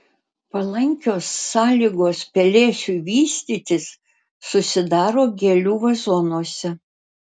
palankios sąlygos pelėsiui vystytis susidaro gėlių vazonuose